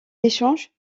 échange